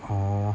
orh